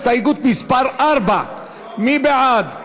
הסתייגות מס' 4. מי בעד?